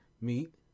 meet